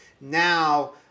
Now